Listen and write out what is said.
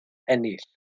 ennill